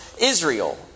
Israel